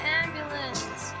ambulance